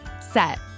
set